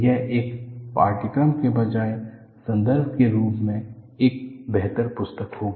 यह एक पाठ्यपुस्तक के बजाय संदर्भ के रूप में एक बेहतर पुस्तक होगी